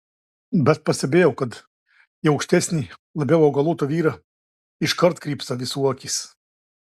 bet pastebėjau kad į aukštesnį labiau augalotą vyrą iškart krypsta visų akys